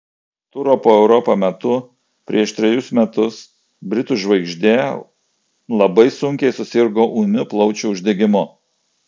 turo po europą metu prieš trejus metus britų žvaigždė labai sunkiai susirgo ūmiu plaučių uždegimu